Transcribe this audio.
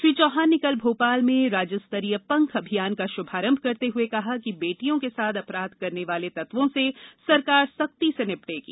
श्री चौहान ने कल भोपाल में राज्य स्तरीय पंख अभियान का शुभारंभ करते हुए कहा कि बेटियों के साथ अपराध करने वालों तत्वों से सरकार सख्ती से निपटेगी